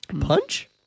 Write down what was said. Punch